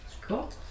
Cool